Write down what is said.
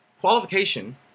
Qualification